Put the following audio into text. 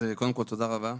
קודם כל, תודה רבה.